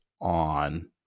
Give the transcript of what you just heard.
on